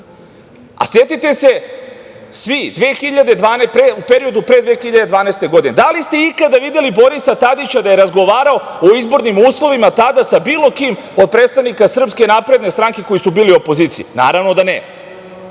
naroda. Setite se svi, u periodu pre 2012. godine, da li ste ikada videli Borisa Tadića da je razgovarao o izbornim uslovima tada sa bilo kim od predstavnika SNS koji su bili u opoziciji? Naravno da ne.